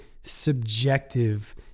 subjective